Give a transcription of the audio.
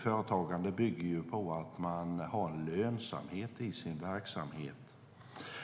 Företagande bygger ju på att man har lönsamhet i sin verksamhet.